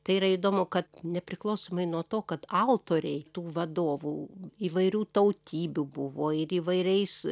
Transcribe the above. tai yra įdomu kad nepriklausomai nuo to kad autoriai tų vadovų įvairių tautybių buvo ir įvairiais